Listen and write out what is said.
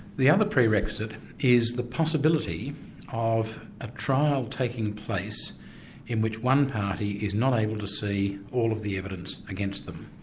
the other prerequisite is the possibility of a trial taking place in which one party is not able to see all of the evidence against them.